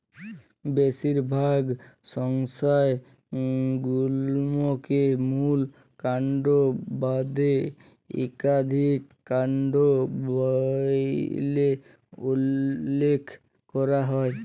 বেশিরভাগ সংখ্যায় গুল্মকে মূল কাল্ড বাদে ইকাধিক কাল্ড ব্যইলে উল্লেখ ক্যরা হ্যয়